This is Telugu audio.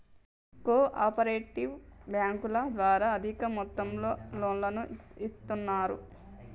కో ఆపరేటివ్ బ్యాంకుల ద్వారా అధిక మొత్తంలో లోన్లను ఇస్తున్నరు